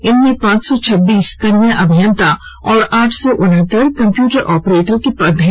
इनमें पांच सौ छब्बीस कनीय अभियंता और आठ सौ उनहत्तर कंप्यूटर ऑपरेटर के पद हैं